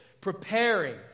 preparing